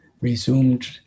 resumed